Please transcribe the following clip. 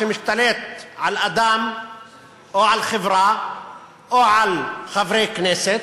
כשהוא משתלט על אדם או על חברה או על חברי כנסת,